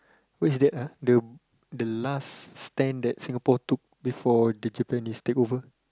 who is that ah the the last stand that Singapore took before the Japanese took over